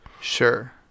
sure